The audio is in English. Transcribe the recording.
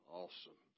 awesome